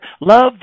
Love